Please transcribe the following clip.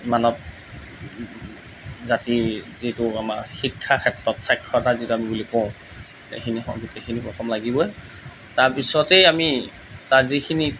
মানৱ জাতিৰ যিটো আমাৰ শিক্ষাৰ ক্ষেত্ৰত স্বাক্ষৰতা যিটো আমি বুলি কওঁ সেইখিনি গোটেইখিনি প্ৰথম লাগিবই তাৰ পিছতেই আমি তাৰ যিখিনি